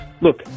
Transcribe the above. Look